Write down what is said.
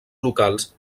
locals